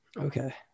Okay